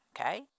Okay